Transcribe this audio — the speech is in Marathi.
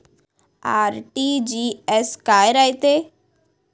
आर.टी.जी.एस काय रायते?